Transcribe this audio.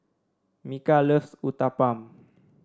Micah loves Uthapam